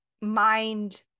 mind